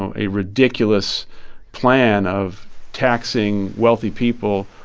um a ridiculous plan of taxing wealthy people.